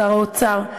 שר האוצר,